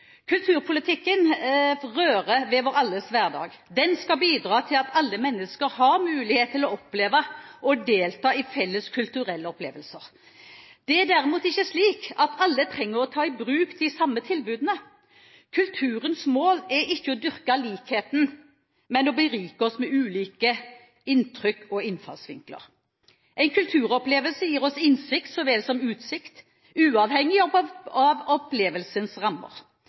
Kulturpolitikken rører ved vår alles hverdag. Den skal bidra til at alle mennesker har mulighet til å oppleve å delta i felles kulturelle opplevelser. Det er derimot ikke slik at alle trenger å ta i bruk de samme tilbudene. Kulturens mål er ikke å dyrke likheten, men å berike oss med ulike inntrykk og innfallsvinkler. En kulturopplevelse gir oss innsikt, så vel som utsikt, uavhengig av opplevelsens rammer.